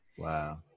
Wow